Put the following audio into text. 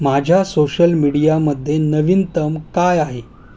माझ्या सोशल मीडियामध्ये नवीनतम काय आहे